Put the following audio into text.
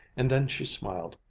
and then she smiled,